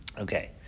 okay